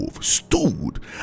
stood